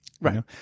Right